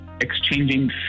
exchanging